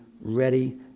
ready